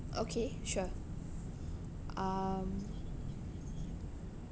okay sure um